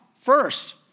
First